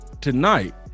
Tonight